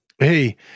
Hey